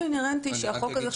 לגמרי מסכים, אני רק רציתי